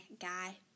guy